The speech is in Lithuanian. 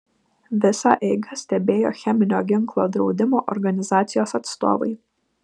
visą eigą stebėjo cheminio ginklo draudimo organizacijos atstovai